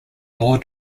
law